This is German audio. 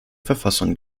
verfassung